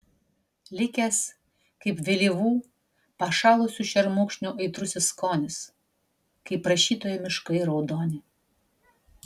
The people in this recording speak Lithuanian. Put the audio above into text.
likęs kaip vėlyvų pašalusių šermukšnių aitrusis skonis kaip rašytojo miškai raudoni